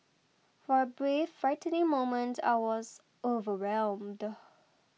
for a brief frightening moment I was overwhelmed